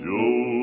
Joe